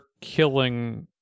killing